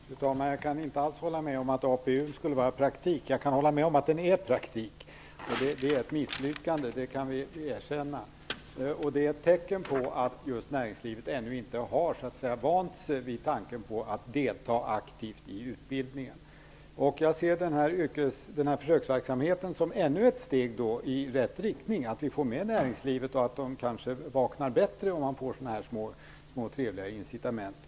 Fru talman! Jag kan inte alls hålla med om att APU skulle vara praktik, även om jag kan hålla med om att det blivit praktik. Vi kan erkänna att det är ett misslyckande. Det är ett tecken på att näringslivet ännu inte har vant sig vid tanken på att delta aktivt i utbildningen. Jag ser den här försöksverksamheten som ännu ett steg i rätt riktning. Näringslivet vaknar kanske bättre för att komma med, om det får sådana här små trevliga incitament.